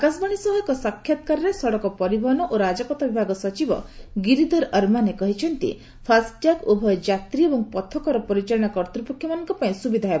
ଆକାଶବାଣୀ ସହ ଏକ ସାକ୍ଷାତକାରରେ ସଡ଼କ ପରିବହନ ଓ ରାଜପଥ ବିଭାଗ ସଚିବ ଗିରିଧର ଅରମାନେ କହିଛନ୍ତି ଫାସ୍ଟ୍ୟାଗ୍ ଉଭୟ ଯାତ୍ରୀ ଏବଂ ପଥକର ପରିଚାଳନା କର୍ତ୍ତପକ୍ଷମାନଙ୍କ ପାଇଁ ସୁବିଧା ହେବ